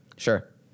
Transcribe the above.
Sure